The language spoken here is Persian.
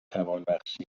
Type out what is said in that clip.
توانبخشی